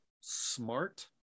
smart